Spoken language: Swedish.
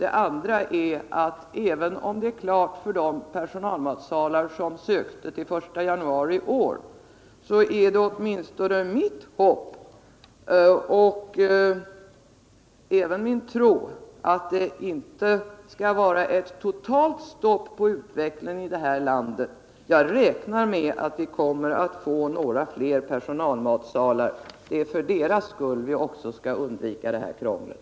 Den andra saken är att även om utskänkningstillstånden nu är beviljade för de personalmatsalar som sökte sådana till den 1 januari i år är det åtminstone mitt hopp — och även min tro — att det inte därför skall vara ett totalt stopp för utvecklingen i det här landet. Jag räknar med att vi kommer att få fler personalmatsalar, och det är också för deras skull som vi skall undvika krånglet.